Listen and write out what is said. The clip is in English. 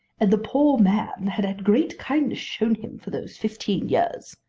and the poor man had had great kindness shown him for those fifteen years.